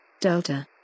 Delta